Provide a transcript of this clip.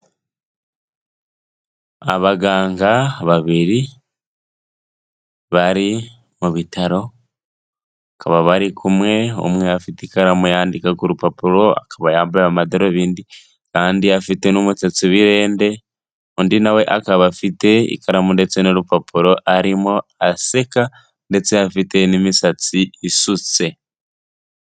Abaganga babiri, bari mu bitaro bakaba bari kumwe, umwe afite ikaramu yandikaga urupapuro, akaba yambaye amadarubindi, kandi afite n'umututsi wirende, undi nawe akaba afite ikaramu ndetse n'urupapuro, arimo aseka ndetse afite n'imisatsi isutse.